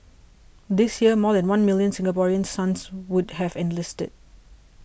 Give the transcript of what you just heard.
this year more than one million Singaporean sons would have enlisted